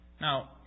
Now